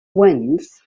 wins